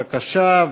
בבקשה,